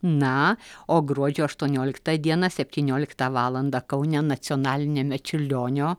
na o gruodžio aštuonioliktą dieną septynioliktą valandą kaune nacionaliniame čiurlionio